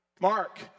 Mark